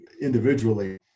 individually